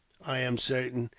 i am certain,